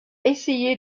essayé